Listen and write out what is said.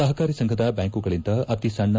ಸಹಕಾರಿ ಸಂಘದ ಬ್ಯಾಂಕುಗಳಿಂದ ಅತಿಸಣ್ಣ